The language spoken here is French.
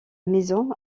maison